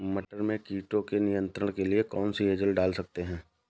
मटर में कीटों के नियंत्रण के लिए कौन सी एजल डाल सकते हैं?